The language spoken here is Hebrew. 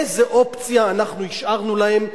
איזה אופציה אנחנו השארנו להם?